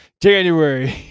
january